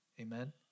Amen